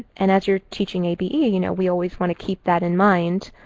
and as you're teaching abe, you know we always want to keep that in mind.